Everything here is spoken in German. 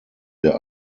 der